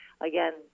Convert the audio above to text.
again